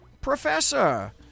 professor